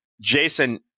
Jason